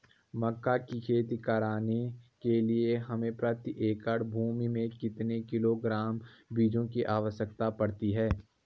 मक्का की खेती करने के लिए हमें प्रति एकड़ भूमि में कितने किलोग्राम बीजों की आवश्यकता पड़ती है?